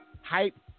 hype